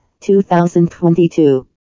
2022